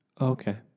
Okay